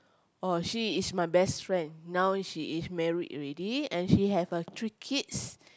oh she is my best friend now she is married already and she have uh three kids